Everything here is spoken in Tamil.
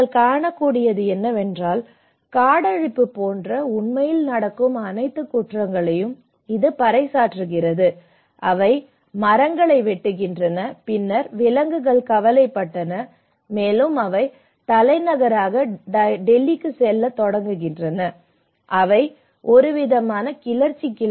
நீங்கள் காணக்கூடியது என்னவென்றால் காடழிப்பு போன்ற உண்மையில் நடக்கும் அனைத்து குற்றங்களையும் இது பறைசாற்றுகிறது அவை மரங்களை வெட்டுகின்றன பின்னர் விலங்குகள் கவலைப்பட்டன மேலும் அவை தலைநகரான டெல்லிக்குச் செல்லத் தொடங்குகின்றன மேலும் அவை ஒருவிதமானவை கிளர்ச்சி